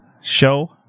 show